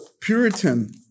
Puritan